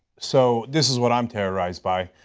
so this is what i am terrorized by.